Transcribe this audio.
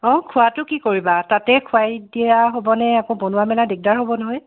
অ খোৱাটো কি কৰিবা তাতে খোৱাই দিয়া হ'বনে আকৌ বনোৱা মেলা দিগদাৰ হ'ব নহয়